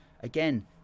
Again